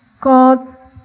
God's